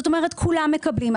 זאת אומרת, כולם מקבלים.